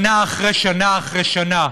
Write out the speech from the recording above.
שנה אחרי שנה אחרי שנה,